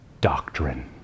doctrine